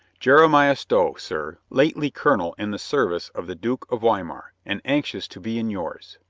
jeremiah stow, sir, lately colonel in the service of the duke of weimar, and anxious to be in yours.